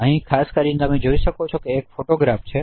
અહીં ખાસ કરીને તમે જોઈ શકો છો કે એક ફોટોગ્રાફ છે